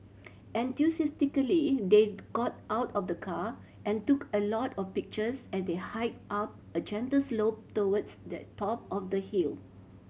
enthusiastically they got out of the car and took a lot of pictures as they hiked up a gentle slope towards the top of the hill